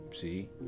See